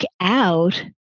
out